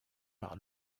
par